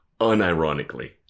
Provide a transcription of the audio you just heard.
unironically